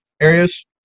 areas